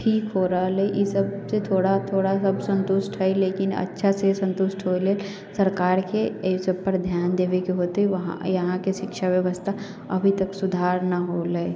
ठीक हो रहल अछि ई सबसँ थोड़ा थोड़ा सब सन्तुष्ट है लेकिन अच्छासँ सन्तुष्ट होइ लेल सरकारके एहि सबपर ध्यान देबैके हौते वहाँ यहाँके शिक्षा व्यवस्था अभी तक सुधार नहि होइले